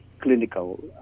clinical